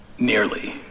nearly